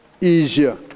easier